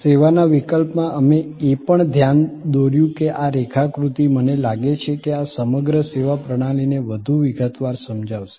સેવાના વિકલ્પમાં અમે એ પણ ધ્યાન દોર્યું કે આ રેખાકૃતિ મને લાગે છે કે આ સમગ્ર સેવા પ્રણાલીને વધુ વિગતવાર સમજાવશે